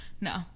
No